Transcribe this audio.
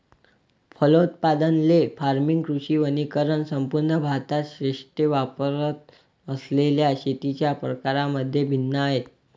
फलोत्पादन, ley farming, कृषी वनीकरण संपूर्ण भारतात क्षेत्रे वापरत असलेल्या शेतीच्या प्रकारांमध्ये भिन्न आहेत